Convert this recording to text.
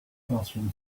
classroom